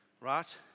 Right